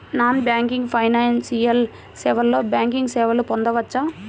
Non banking financial సేవలో banking సేవలను పొందవచ్చా?